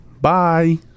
Bye